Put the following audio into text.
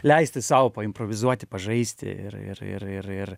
leisti sau paimprovizuoti pažaisti ir ir ir ir ir